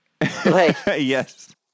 Yes